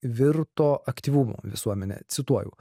virto aktyvumo visuomene cituoju